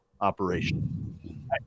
operation